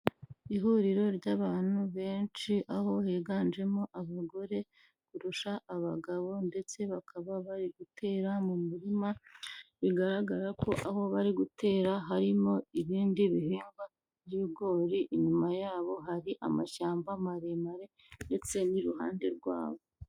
Ihuriro ry'abantu benshi, aho higanjemo abagore kurusha abagabo ndetse bakaba bari gutera mu murima, bigaragara ko aho bari gutera harimo ibindi bihingwa by'ibigori, inyuma yabo hari amashyamba maremare ndetse n'iruhande rwabo.